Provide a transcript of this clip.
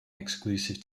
exclusive